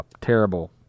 terrible